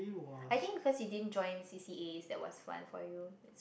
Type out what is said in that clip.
I think cause you didn't join C_C_As that was fun for you